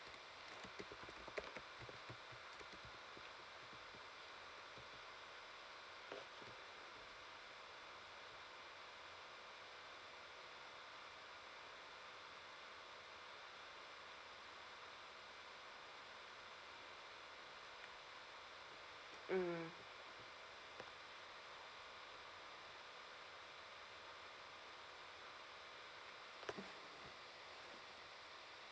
mm mm